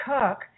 cook